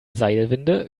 seilwinde